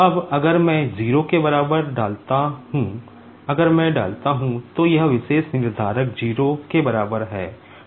अब अगर मैं 0 के बराबर डालता हूं अगर मैं डालता हूं तो यह विशेष निर्धारक 0 के बराबर है